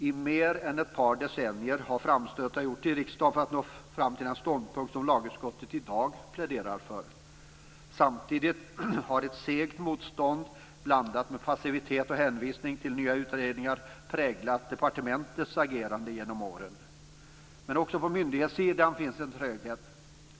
I mer än ett par decennier har framstötar gjorts i riksdagen för att nå fram till den ståndpunkt som lagutskottet i dag pläderar för. Samtidigt har ett segt motstånd, blandat med passivitet och hänvisning till nya utredningar, präglat departementets agerande genom åren. Men också på myndighetssidan finns en tröghet.